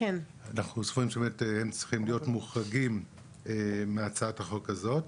אנחנו סבורים שהם צריכים להיות מוחרגים מהצעת החוק הזאת.